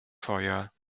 feuer